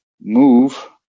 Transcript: move